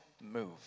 move